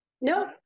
Nope